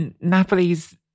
Napoli's